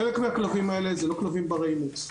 חלק מהכלבים האלה, הם לא כלבים ברי אימוץ.